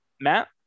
matt